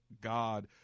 God